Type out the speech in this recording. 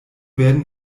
werden